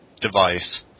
device